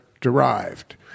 derived